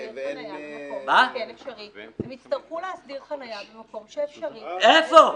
הם יצטרכו להסדיר חניה במקום שאפשר --- אבל איפה?